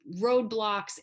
roadblocks